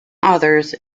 others